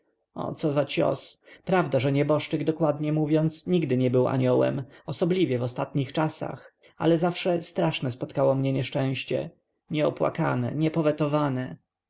o co za cios prawda że nieboszczyk dokładnie mówiąc nigdy nie był aniołem osobliwie w ostatnich czasach ale zawsze straszne spotkało mnie nieszczęście nieopłakane niepowetowane